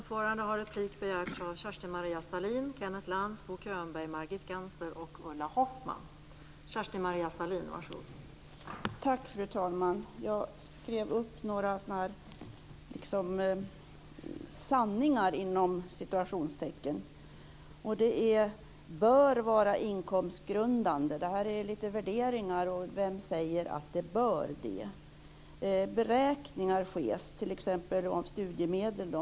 Fru talman! Jag skrev upp några "sanningar". Lennart Klockare sade att den bör vara inkomstgrundande. Detta är lite värderingar. Vem säger att den bör vara det? Han säger vidare att beräkningar ska ske, t.ex. om studiemedel.